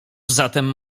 zatem